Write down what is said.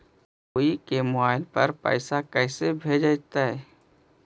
कोई के मोबाईल पर पैसा कैसे भेजइतै?